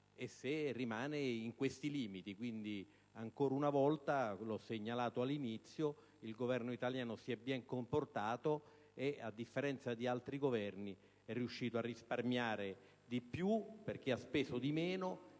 nei limiti che conosciamo. Dunque, ancora una volta, come ho segnalato all'inizio, il Governo italiano si è ben comportato e, a differenza di altri Governi, è riuscito a risparmiare di più perché ha speso di meno,